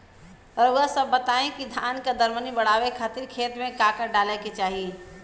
रउआ सभ बताई कि धान के दर मनी बड़ावे खातिर खेत में का का डाले के चाही?